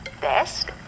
best